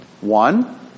One